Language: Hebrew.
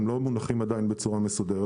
הם לא מונחים עדיין בצורה מסודרת.